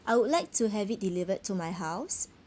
I would like to have it delivered to my house